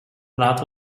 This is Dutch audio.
laat